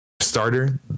Starter